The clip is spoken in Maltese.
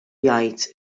jgħid